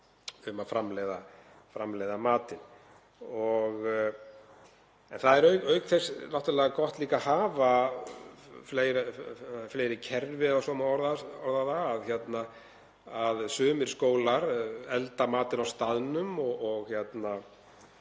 um að framleiða matinn og það er auk þess náttúrlega gott líka hafa fleiri kerfi, ef svo má orða það, að sumir skólar elda matinn á staðnum og það